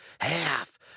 Half